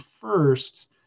first